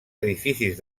edificis